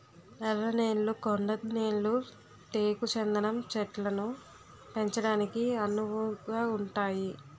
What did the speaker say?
ఎర్ర నేళ్లు కొండ నేళ్లు టేకు చందనం చెట్లను పెంచడానికి అనువుగుంతాయి